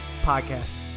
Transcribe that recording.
Podcast